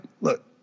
look